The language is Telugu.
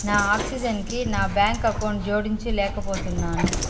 నా ఆక్సిజెన్కి నా బ్యాంక్ అకౌంటు జోడించలేకపోతున్నాను